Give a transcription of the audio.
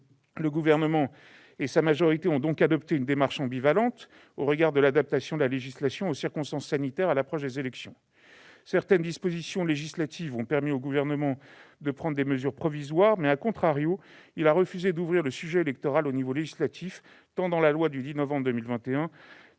Le Gouvernement et sa majorité ont donc adopté une démarche ambivalente au regard de l'adaptation de la législation aux circonstances sanitaires à l'approche des élections. Certaines dispositions législatives ont permis au Gouvernement de prendre des mesures provisoires, mais,, celui-ci a refusé d'ouvrir le sujet électoral au niveau législatif tant lors de l'examen de la loi du 10 novembre 2021